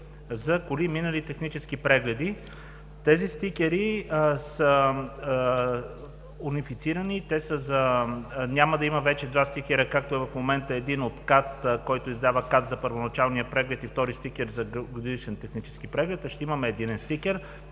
за коли, минали технически прегледи. Тези стикери са унифицирани. Няма вече да има два стикера, както е в момента – един, издаван от КАТ за първоначален преглед, и втори стикер за годишния технически преглед, а ще има единен стикер.